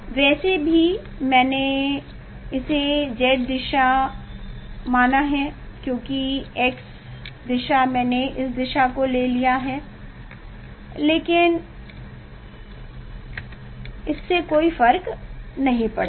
वैसे भी नहीं मैंने उसे Z दिशा माना क्योंकि X दिशा मैंने इस दिशा को लिया है लेकिन इससे कोई फर्क नहीं पड़ता